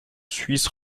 suisses